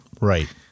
Right